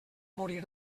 morir